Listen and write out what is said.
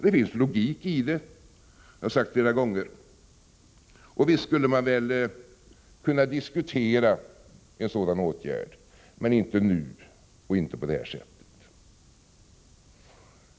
Det finns logik i det, vilket jag har sagt flera gånger, och visst skulle man kunna diskutera en sådan åtgärd — men inte nu och inte på detta sätt.